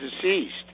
deceased